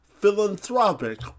philanthropic